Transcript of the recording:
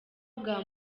bwa